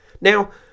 Now